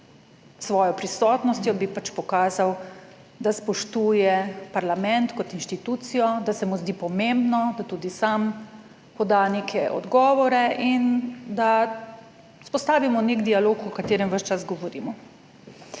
svojo prisotnostjo bi pač pokazal, da spoštuje parlament kot inštitucijo, da se mu zdi pomembno, da tudi sam poda neke odgovore in da vzpostavimo nek dialog o katerem ves čas govorimo.